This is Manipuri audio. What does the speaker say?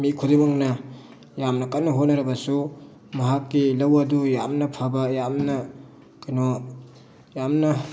ꯃꯤ ꯈꯨꯗꯤꯡꯃꯛꯅ ꯌꯥꯝꯅ ꯀꯟꯅ ꯍꯣꯠꯅꯔꯕꯁꯨ ꯃꯍꯥꯛꯀꯤ ꯂꯧ ꯑꯗꯨ ꯌꯥꯝꯅ ꯐꯕ ꯌꯥꯝꯅ ꯀꯩꯅꯣ ꯌꯥꯝꯅ